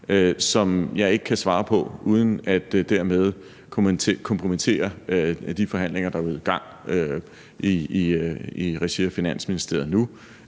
som jeg ikke kan svare på, uden at jeg dermed kompromitterer de forhandlinger, der er gået i gang i regi af Finansministeriet nu.